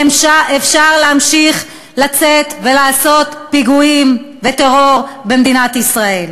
ואפשר להמשיך לצאת ולעשות פיגועים וטרור במדינת ישראל.